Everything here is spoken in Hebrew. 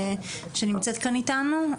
שנמצאת כאן איתנו.